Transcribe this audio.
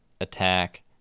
attack